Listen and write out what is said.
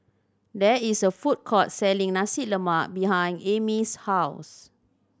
there is a food court selling Nasi Lemak behind Amy's house